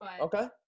Okay